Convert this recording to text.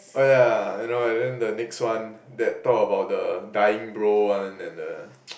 oh yeah I know and then the next one that talk about the dying bro one and the